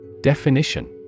Definition